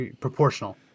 proportional